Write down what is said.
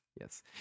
Yes